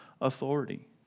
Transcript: authority